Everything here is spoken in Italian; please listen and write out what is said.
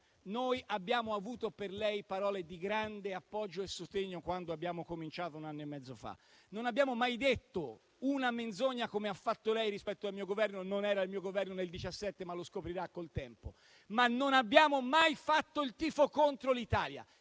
noi abbiamo avuto per lei parole di grande appoggio e sostegno, quando abbiamo cominciato un anno e mezzo fa. Non abbiamo mai detto una menzogna, come ha fatto lei rispetto al mio Governo - non era il mio Governo nel 2017, ma lo scoprirà con il tempo - e non abbiamo mai fatto il tifo contro l'Italia.